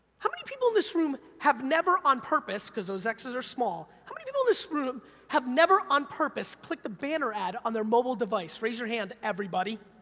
how many people in this room have never, on purpose, cause those x's are small, how many people in this room have never, on purpose, clicked a banner ad on their mobile device? raise your hand, everybody.